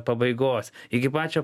pabaigos iki pačio